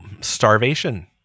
starvation